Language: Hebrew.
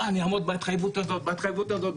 איך אני אעמוד בהתחייבות הזאת ובהתחייבות הזאת,